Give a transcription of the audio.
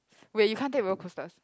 wait you can't take roller coasters